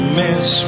miss